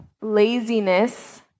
laziness